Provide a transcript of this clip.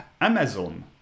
Amazon